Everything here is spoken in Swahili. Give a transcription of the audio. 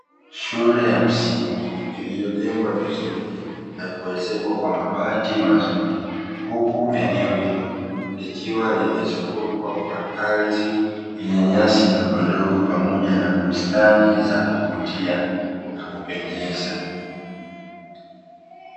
Shule ya msingi iliyojengwa vizuri na kuezekwa kwa mabati mazuri, huku eneo hilo likiwa limezungukwa kwa ardhi yenye nyasi ndogondogo pamoja na bustani za kuvutia na kupendeza.